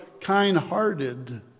kind-hearted